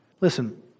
Listen